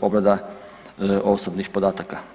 obrada osobnih podataka.